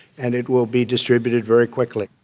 and it will be distributed very quickly.